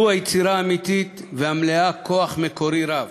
זו היצירה האמיתית והמלאה כוח מקורי רב,